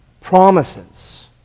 promises